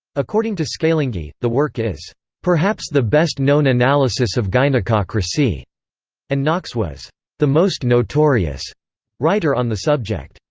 according to scalingi, the work is perhaps the best known analysis of gynecocracy and knox was the most notorious writer on the subject.